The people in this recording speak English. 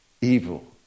evil